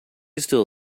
still